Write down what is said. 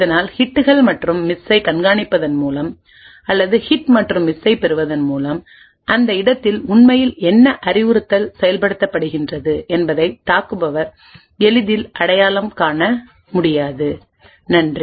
இதனால் ஹிட்கள் மற்றும் மிஸ்ஸைக் கண்காணிப்பதன் மூலம் அல்லது ஹிட் மற்றும் மிஸ்ஸைப் பெறுவதன் மூலம் அந்த இடத்தில் உண்மையில் என்ன அறிவுறுத்தல் செயல்படுத்தப்படுகிறது என்பதை தாக்குபவர் எளிதில் அடையாளம் காண முடியாது நன்றி